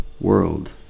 world